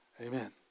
Amen